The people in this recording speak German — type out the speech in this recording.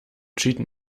cheaten